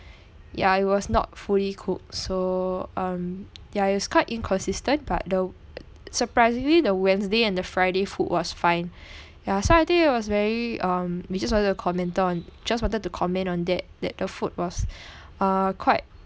ya it was not fully cooked so um ya it was kind inconsistent but the surprisingly the wednesday and the friday food was fine ya so I think it was very um we just wanted to commented just wanted to comment on that that the food was uh quite